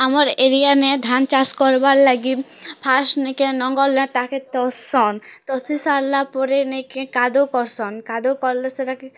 ଆମର୍ ଏରିଆନେ ଧାନ୍ ଚାଷ୍ କର୍ବାର୍ ଲାଗି ଫାର୍ଷ୍ଟ୍ ନି କେଁ ନଙ୍ଗଲ୍ର ତା'କେ ତସ୍ସନ୍ ତସି ସାର୍ଲା ପରେ ନେଇ କେଁ କାଦୋ କର୍ସନ୍ କାଦୋ କର୍ଲେ ସେଟା କେ